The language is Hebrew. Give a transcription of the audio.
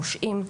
מושעים,